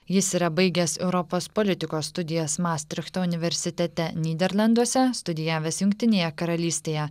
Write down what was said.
jis yra baigęs europos politikos studijas mastrichto universitete nyderlanduose studijavęs jungtinėje karalystėje